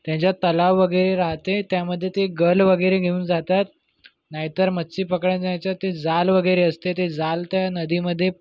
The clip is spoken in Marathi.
त्यांच्या तलाव वगैरे राहते त्यामध्ये ते गळ वगैरे घेऊन जातात नाहीतर मच्छी पकडण्याचा ते जाळं वगैरे असते ते जाळं ते नदीमध्ये